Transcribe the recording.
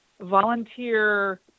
volunteer